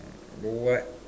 what